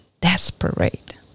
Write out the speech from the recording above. desperate